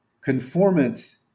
conformance